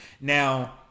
Now